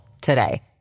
today